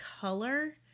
color